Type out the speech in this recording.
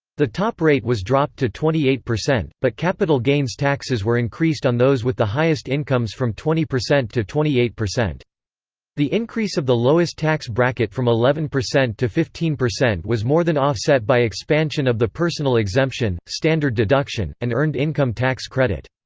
the top rate was dropped to twenty eight, but capital gains taxes were increased on those with the highest incomes from twenty percent to twenty eight. the increase of the lowest tax bracket from eleven percent to fifteen percent was more than offset by expansion of the personal exemption, standard deduction, and earned income tax credit.